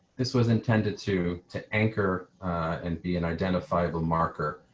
this was intended to to anchor and be an identifiable marker.